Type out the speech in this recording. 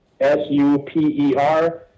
S-U-P-E-R